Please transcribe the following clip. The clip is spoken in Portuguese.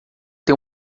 tem